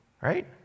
right